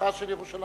במזרחה של ירושלים,